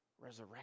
resurrection